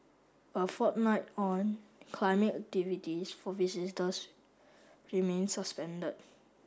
a fortnight on climbing activities for visitors remain suspended